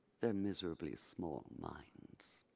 their miserably small minds.